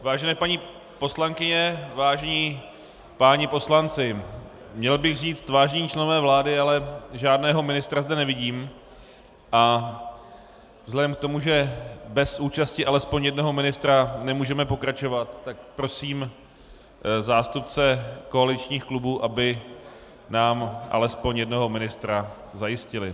Vážené paní poslankyně, vážení páni poslanci, měl bych říci vážení členové vlády, ale žádného ministra zde nevidím a vzhledem k tomu, že bez účasti alespoň jednoho ministra nemůžeme pokračovat, tak prosím zástupce koaličních klubů, aby nám alespoň jednoho ministra zajistili.